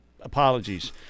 apologies